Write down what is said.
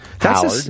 Howard